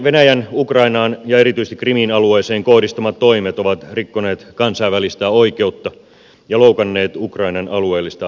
venäjän ukrainaan ja erityisesti krimin alueeseen kohdistamat toimet ovat rikkoneet kansainvälistä oikeutta ja loukanneet ukrainan alueellista koskemattomuutta